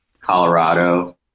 Colorado